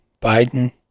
Biden